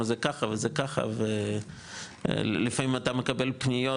זה ככה וזה ככה ולפעמים אתה מקבל פניות,